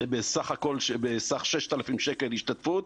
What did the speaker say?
בסך 6,000 שקלים השתתפות,